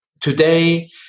today